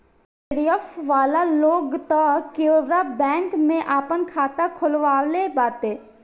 JRF वाला लोग तअ केनरा बैंक में आपन खाता खोलववले बाटे